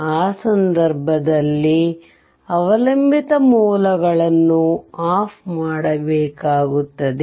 ಆ ಸಂದರ್ಭದಲ್ಲಿ ಅವಲಂಬಿತ ಮೂಲಗಳನ್ನು ಆಫ್ ಮಾಡಬೇಕಾಗುತ್ತದೆ